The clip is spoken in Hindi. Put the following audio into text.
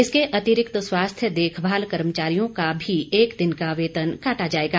इसके अतिरिक्त स्वास्थ्य देखभाल कर्मचारियों का भी एक दिन का वेतन काटा जाएगा